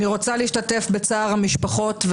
אני רוצה להשתתף בצער המשפחות.